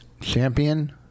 champion